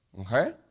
Okay